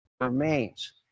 Remains